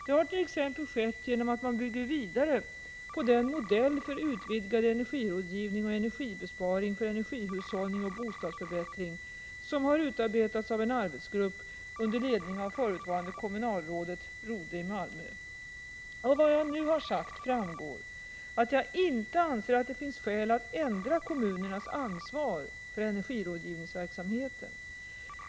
Det har t.ex. skett genom att man bygger vidare på den modell för utvidgad energirådgivning och energibesparing för energihushållning och bostadsförbättring som har utarbetats av en arbetsgrupp under ledning av förutvarande kommunalrådet Rodhe i Malmö. Av vad jag nu har sagt framgår att jag inte anser att det finns skäl att ändra kommunernas ansvar för energirådgivningsverksamheten.